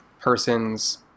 person's